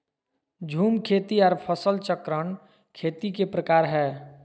झूम खेती आर फसल चक्रण खेती के प्रकार हय